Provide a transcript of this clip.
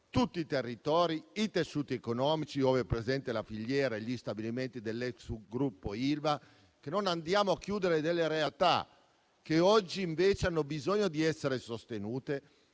tutti i territori e i tessuti economici ove siano presenti la filiera e gli stabilimenti dell'ex gruppo Ilva, affinché non andiamo a chiudere delle realtà che oggi invece hanno bisogno di essere sostenute